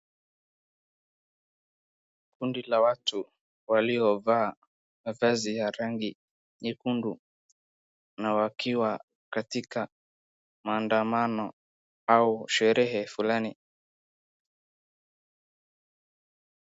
Kundi la watu waliovaa mavazi ya rangi nyekundu na wakiwa katika maandamano au sherehe fulani.